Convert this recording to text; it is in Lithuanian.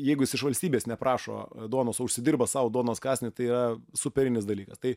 jeigu jis iš valstybės neprašo duonos o užsidirba sau duonos kąsnį tai yra superinis dalykas tai